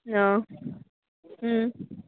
હ હં